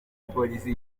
polisi